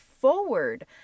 forward